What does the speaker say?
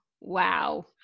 Wow